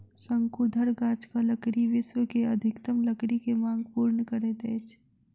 शंकुधर गाछक लकड़ी विश्व के अधिकतम लकड़ी के मांग पूर्ण करैत अछि